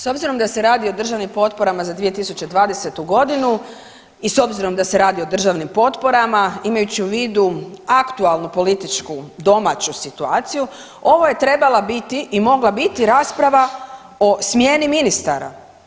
S obzirom da se radi o državnim potporama za 2020. godinu i s obzirom da se radi o državnim potporama imajući u vidu aktualnu političku domaću situaciju ovo je trebala biti i mogla biti rasprava o smjeni ministara.